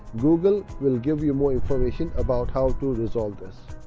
google will give you more information about how to resolve this.